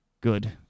Good